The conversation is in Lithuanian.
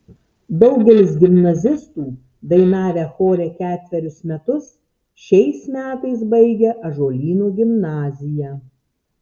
daugelis gimnazistų dainavę chore ketverius metus šiais metais baigia ąžuolyno gimnaziją